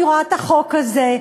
אני רואה את החוק הזה,